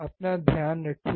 अपना ध्यान रखिए